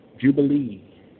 Jubilee